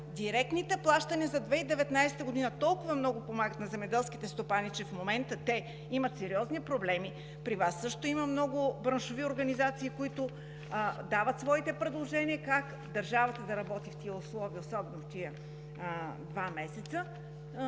директните плащания за 2019 г. толкова много помагат на земеделските стопани, че в момента те имат сериозни проблеми, при Вас също има много браншови организации, които дават своите предложения как държавата да работи в тези условия, особено в тези два месеца,